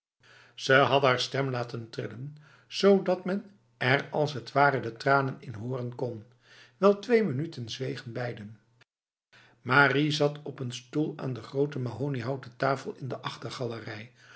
ze had haar stem laten trillen zodat men er als het ware de tranen in horen kon wel twee minuten zwegen beiden marie zat op een stoel aan de grote mahoniehouten tafel in de